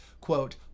Quote